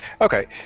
Okay